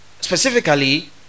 specifically